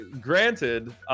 granted